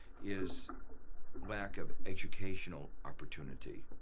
is lack of educational opportunity,